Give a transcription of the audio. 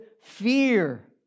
fear